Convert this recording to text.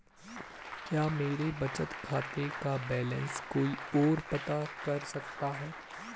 क्या मेरे बचत खाते का बैलेंस कोई ओर पता कर सकता है?